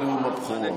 בנאום הבכורה.